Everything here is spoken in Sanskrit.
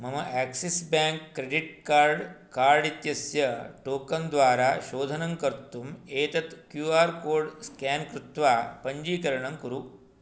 मम Axis bank credit card card इत्यस्य टोकन्द्वारा शोधनं कर्तुम् एतत् क्यू आर् कोड् स्केन् कृत्वा पञ्जीकरणं कुरु